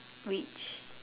which